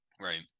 Right